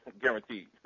Guaranteed